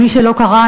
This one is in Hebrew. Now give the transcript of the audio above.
ומי שלא קרא,